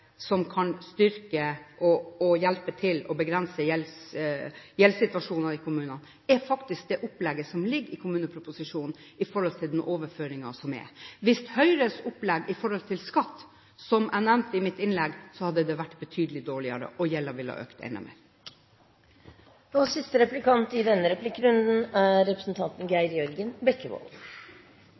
som kan hjelpe til med å begrense gjeldssituasjonen i kommunene, er faktisk det opplegget som ligger i kommuneproposisjonen, med økte overføringer. Dersom Høyres opplegg når det gjelder skatt, som jeg nevnte i mitt innlegg, hadde blitt innført, hadde det vært betydelig dårligere, og gjelden ville økt enda mer.